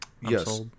yes